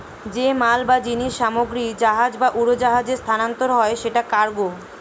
যে মাল বা জিনিস সামগ্রী জাহাজ বা উড়োজাহাজে স্থানান্তর হয় সেটা কার্গো